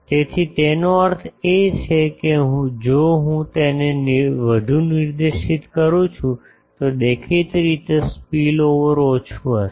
તેથી તેનો અર્થ એ છે કે જો હું તેને વધુ નિર્દેશિત કરું છું તો દેખીતી રીતે સ્પીલઓવર ઓછું હશે